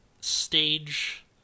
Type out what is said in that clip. stage